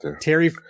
Terry